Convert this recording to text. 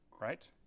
right